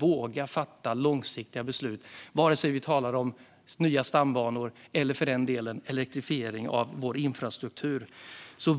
våga fatta långsiktiga beslut, vare sig vi talar om nya stambanor eller för den delen om elektrifiering av vår infrastruktur.